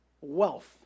wealth